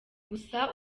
gusa